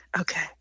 Okay